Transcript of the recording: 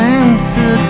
answer